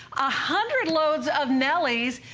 ah hundred loads of nellie's,